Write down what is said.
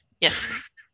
Yes